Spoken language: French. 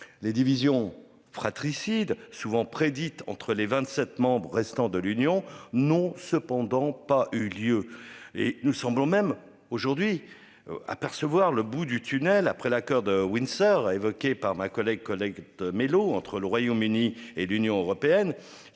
Les divisions fratricides souvent prédite entre les 27 membres restants de l'Union n'ont cependant pas eu lieu et nous semblons même aujourd'hui. Apercevoir le bout du tunnel après l'accord de Windsor a évoqué par ma collègue collecte mélo entre le Royaume-Uni et l'Union européenne,